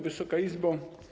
Wysoka Izbo!